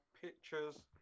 pictures